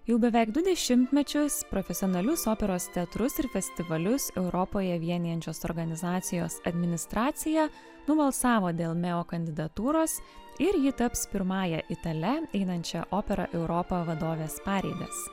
jau beveik du dešimtmečius profesionalius operos teatrus ir festivalius europoje vienijančios organizacijos administracija nubalsavo dėl meo kandidatūros ir ji taps pirmąja itale einančia opera europa vadovės pareigas